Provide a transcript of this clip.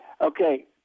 okay